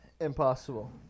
Impossible